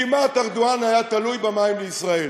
כמעט ארדואן היה תלוי במים לישראל.